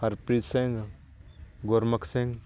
Harpreet Singh Gurmukh Singh